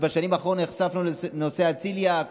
בשנים האחרונות, נחשפנו לנושא הצליאק